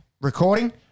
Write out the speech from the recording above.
recording